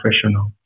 professional